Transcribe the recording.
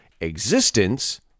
existence